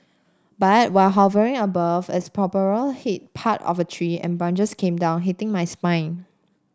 but while hovering above its propeller hit part of a tree and branches came down hitting my spine